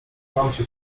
łamcie